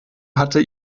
hatte